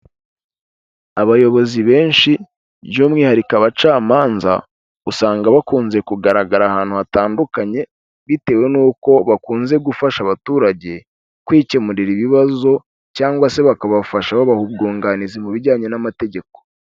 Abayobozi benshi by'umwihariko abacamanza, usanga bakunze kugaragara ahantu hatandukanye, bitewe nuko bakunze gufasha abaturage kwikemurira ibibazo cyangwa se bakabafasha babaha ubwunganizi mu bijyanye n'amategeko.